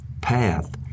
path